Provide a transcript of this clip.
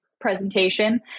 presentation